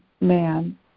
man